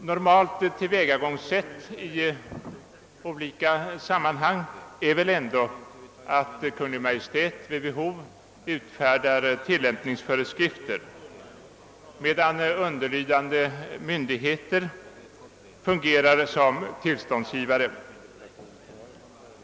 Normalt tillvägagångssätt i olika sammanhang är väl att Kungl. Maj:t vid behov utfärdar tillämpningsföreskrifter, medan underlydande myndigheter fungerar som tillståndsgivare.